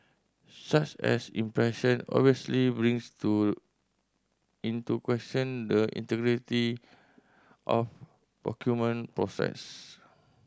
such as impression obviously brings to into question the integrity of procurement process